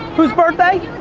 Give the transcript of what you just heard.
whose birthday?